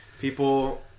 People